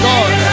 God